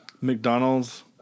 McDonald's